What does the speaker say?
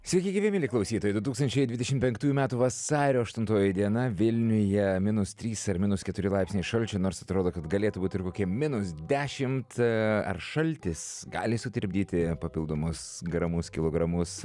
sveiki gyvi mieli klausytojai du tūkstančiai dvidešim penktųjų metų vasario aštuntoji diena vilniuje minus trys ar minus keturi laipsniai šalčio nors atrodo kad galėtų būti ir kokie minus dešimt ar šaltis gali sutirpdyti papildomus gramus kilogramus